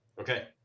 Okay